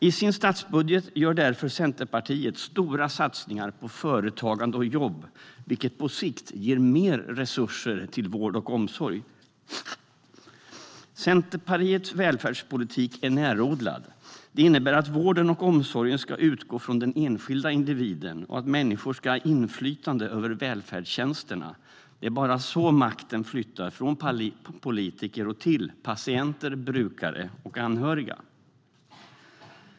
I sin statsbudget gör därför Centerpartiet stora satsningar på företagande och jobb, vilket på sikt ger mer resurser till vård och omsorg. Centerpartiets välfärdspolitik är närodlad. Det innebär att vården och omsorgen ska utgå från den enskilda individen och att människor ska ha inflytande över välfärdstjänsterna. Det är bara så makten flyttas från politiker till patienter, brukare och anhöriga.